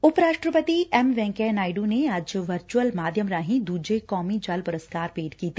ਉਪ ਰਾਸਟਰਪਤੀ M Venkaiah Naidu ਨੇ ਅੱਜ ਵਰਚੂਅਲ ਮਾਧਿਅਮ ਰਾਹੀ ਦੂਜੇ ਕੌਮੀ ਜਲ ਪੁਰਸਕਾਰ ਭੇਂਟ ਕੀਤੇ